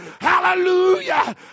hallelujah